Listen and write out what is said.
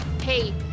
hey